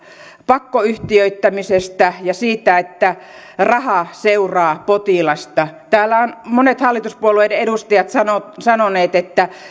pakkoyhtiöittämisestä ja siitä että raha seuraa potilasta täällä ovat monet hallituspuolueiden edustajat sanoneet että